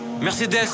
Mercedes